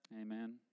amen